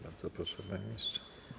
Bardzo proszę, panie ministrze.